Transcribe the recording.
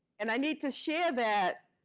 and i need to share that